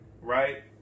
right